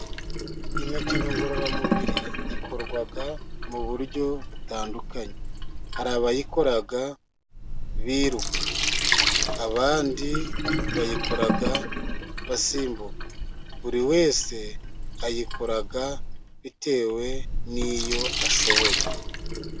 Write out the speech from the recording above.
Imikino ngororamubiri, ikorwa mu buryo butandukanye, hari abayikora biruka, abandi bayikora basimbuka, buri wese ayikora bitewe n'iyo ashoboye.